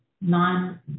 non